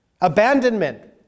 abandonment